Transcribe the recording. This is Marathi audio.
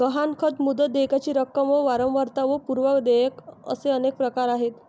गहाणखत, मुदत, देयकाची रक्कम व वारंवारता व पूर्व देयक असे अनेक प्रकार आहेत